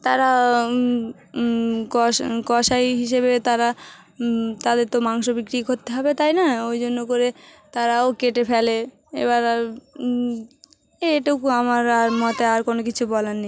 তারা কস কসাই হিসেবে তারা তাদের তো মাংস বিক্রি করতে হবে তাই না ওই জন্য করে তারাও কেটে ফেলে এবার আর এটুকু আমার আর মতে আর কোনো কিছু বলার নেই